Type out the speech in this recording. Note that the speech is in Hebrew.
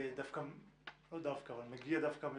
מגיע עם